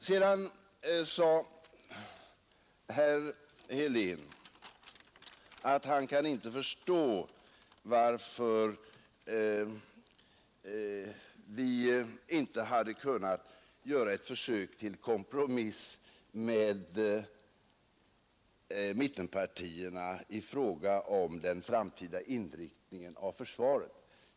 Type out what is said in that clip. Sedan sade herr Helén att han inte kan förstå varför vi inte hade kunnat göra ett försök till kompromiss med mittenpartierna i fråga om den framtida inriktningen av försvaret.